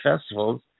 festivals